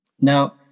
Now